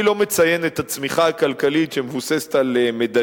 אני לא מציין את הצמיחה הכלכלית שמבוססת על מדדים